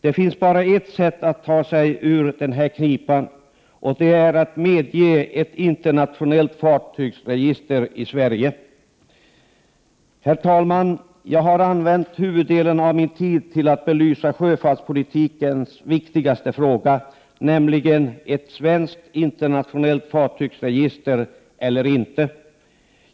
Det finns bara ett sätt att ta sig ur knipan, och det är att införa ett internationellt fartygsregister i Sverige. Herr talman! Jag har använt huvuddelen av min tid till att belysa sjöfartspolitikens viktigaste fråga, nämligen om vi skall ha ett svenskt internationellt fartygsregister eller inte.